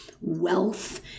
wealth